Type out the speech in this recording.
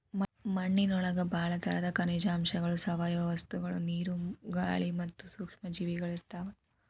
ಮಣ್ಣಿನೊಳಗ ಬಾಳ ತರದ ಖನಿಜಾಂಶಗಳು, ಸಾವಯವ ವಸ್ತುಗಳು, ನೇರು, ಗಾಳಿ ಮತ್ತ ಸೂಕ್ಷ್ಮ ಜೇವಿಗಳು ಇರ್ತಾವ